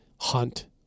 hunt